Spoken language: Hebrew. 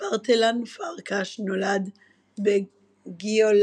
ברטלן פרקש נולד בגיולחאזה.